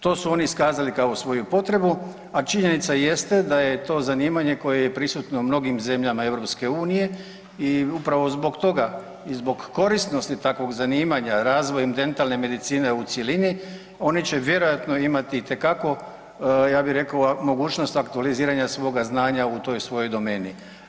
To su oni iskazali kao svoju potrebu, a činjenica jeste da je to zanimanje koje je prisutno u mnogim zemljama EU i upravo zbog toga i zbog korisnosti takvog zanimanja, razvojem dentalne medicine u cjelini oni će vjerojatno imamo itekako ja bih rekao mogućnost aktualiziranja svoga znanja u toj svojoj domeni.